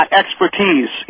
expertise